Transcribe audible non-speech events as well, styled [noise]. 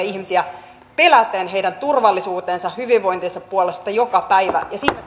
[unintelligible] ihmisiä peläten heidän turvallisuutensa ja hyvinvointinsa puolesta joka päivä ja siinä [unintelligible]